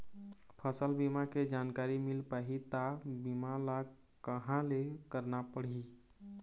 फसल बीमा के जानकारी मिल पाही ता बीमा ला कहां करना पढ़ी?